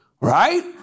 Right